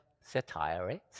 satire